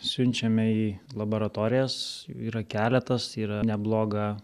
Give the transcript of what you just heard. siunčiame į laboratorijas yra keletas yra nebloga